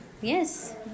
Yes